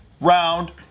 round